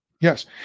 Yes